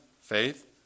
faith